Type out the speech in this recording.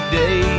day